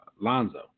Lonzo